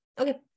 Okay